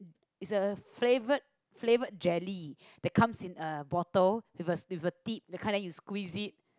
is a flavor flavor jelly they comes in a bottle with a with a thick you kinds of squeeze it